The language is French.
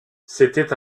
c’était